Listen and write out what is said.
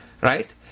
right